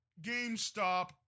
GameStop